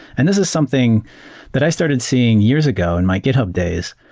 and this is something that i started seeing years ago in my github days.